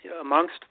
amongst